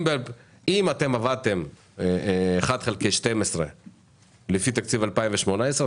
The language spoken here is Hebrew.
אם אתם עבדתם 1 חלקי 12 לפי תקציב 2018,